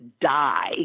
die